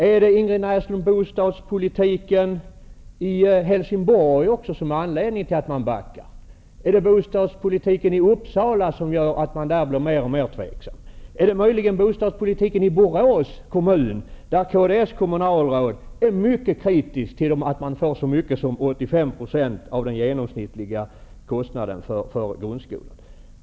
Är det, Ingrid Näslund, bostadspolitiken som gör att man backar i Helsingborg? Är det bostadspolitiken som gör att man blir mer och mer tveksam i Uppsala? Är det möjligen bostadspolitiken i Borås kommun som gör att kds kommunalråd är mycket kritisk till att man får så mycket som 85 % av den genomsnittliga kostnaden för grundskolan?